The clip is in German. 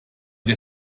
der